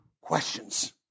questions